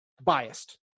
biased